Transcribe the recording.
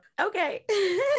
okay